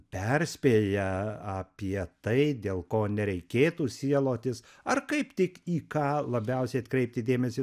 perspėja apie tai dėl ko nereikėtų sielotis ar kaip tik į ką labiausiai atkreipti dėmesį